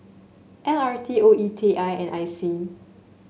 L R T O E T I and I C